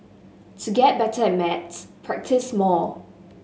to get better at maths practise more